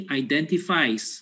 identifies